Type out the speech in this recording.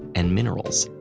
and minerals.